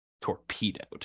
torpedoed